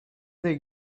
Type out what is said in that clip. they